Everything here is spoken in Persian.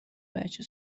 بچه